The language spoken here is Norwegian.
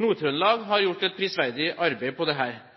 Nord-Trøndelag har gjort et prisverdig arbeid